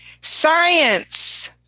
Science